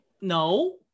no